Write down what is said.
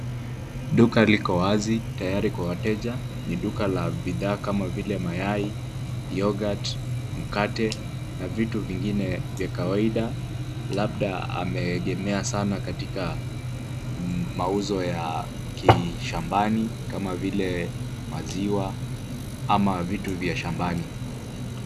Duka liko wazi, tayari kwa wateja. Ni duka la bidhaa kama vile mayai, yoghurt , mkate na vitu vingine vya kawaida. Labda ameegemea sana katika mauzo ya kishambani kama vile maziwa ama vitu vya shambani.